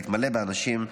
להתמלא באנשים,